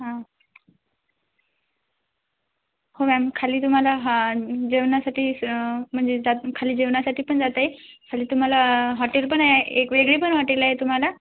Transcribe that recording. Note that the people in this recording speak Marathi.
हां हो मॅम खाली तुम्हाला हां जेवणासाठी म्हणजे त्यातून खाली जेवणासाठी पण जाता ये खाली तुम्हाला हॉटेल पण आहे एक वेगळे पण हॉटेल आहे तुम्हाला